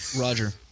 Roger